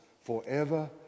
forever